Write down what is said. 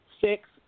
Six